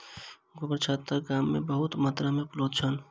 गोबरछत्ता गाम में बहुत मात्रा में उपलब्ध छल